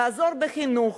לעזור בחינוך,